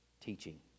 teaching